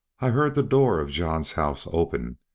i heard the door of john's house open,